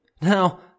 Now